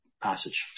passage